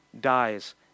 dies